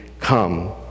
Come